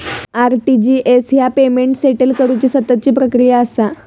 RTGS ह्या payment settle करुची सततची प्रक्रिया असा